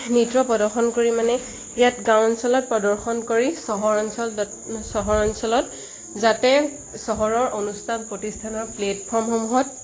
নৃত্য প্ৰদৰ্শন কৰি মানে ইয়াত গাঁও অঞ্চলত প্ৰদৰ্শন কৰি চহৰ অঞ্চলত চহৰ অঞ্চলত যাতে চহৰৰ অনুষ্ঠান প্ৰতিষ্ঠানৰ প্লেটফৰ্মসমূহত